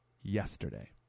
yesterday